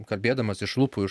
kalbėdamas iš lūpų